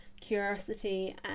curiosity